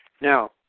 Now